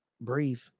breathe